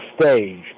stage